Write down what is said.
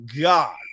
God